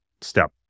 step